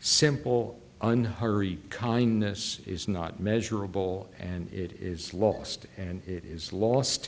simple unhurried kindness is not measurable and it is lost and it is lost